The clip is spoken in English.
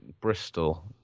Bristol